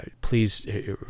please